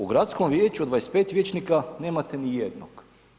U Gradskom vijeću od 25 vijećnika nemate nijednog.